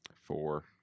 four